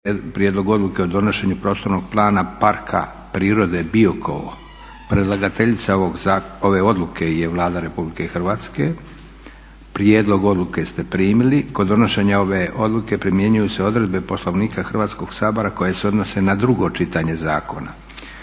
Prijedlog Odluke o donošenju Prostornog plana Parka prirode Biokovo; Predlagateljica ove odluke je Vlada Republike Hrvatske. Prijedlog odluke ste primili. Kod donošenja ove odluke primjenjuju se odredbe Poslovnika Hrvatskog sabora koje se odnose na drugo čitanje zakona.